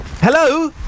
Hello